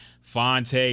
Fonte